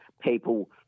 People